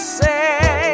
say